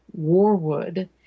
Warwood